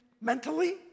mentally